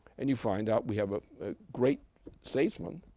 and you find out, we have a great statesman,